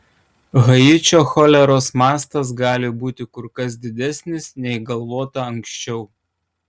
haičio choleros mastas gali būti kur kas didesnis nei galvota anksčiau